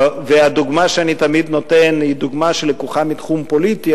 והדוגמה שאני תמיד נותן היא דוגמה שלקוחה מתחום פוליטי,